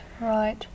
right